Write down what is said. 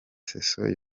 sessions